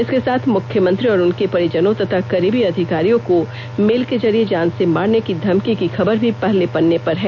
इसके साथ मुख्यमंत्री और उनके परिजनों तथा करीबी अधिकारियों को मेल के जरिए जान से मारने की धमकी की खबर भी पहले पन्ने पर है